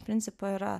principo yra